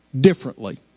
differently